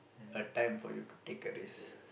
a time for you to take a risk